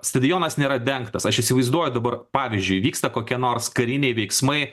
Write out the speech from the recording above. stadionas nėra dengtas aš įsivaizduoju dabar pavyzdžiui vyksta kokie nors kariniai veiksmai